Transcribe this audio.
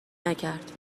نکرد